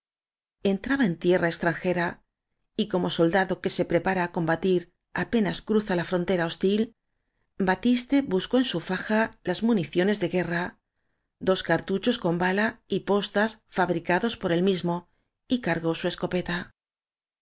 entraba en tierra extranjera y como solda do que se prepara á combatir apenas cruza la frontera hostil batiste buscó en su faja las municiones de guerra dos cartuchos con bala y postas fabricados por él mismo y cargó su escopeta